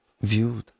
viewed